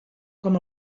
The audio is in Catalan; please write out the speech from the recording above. com